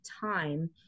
time